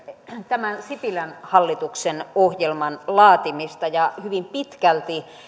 tämän sipilän hallituksen ohjelman laatimista ja hyvin pitkälti